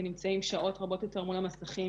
הם נמצאים שעות רבות יותר מול המסכים,